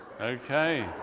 Okay